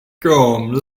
come